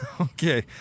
Okay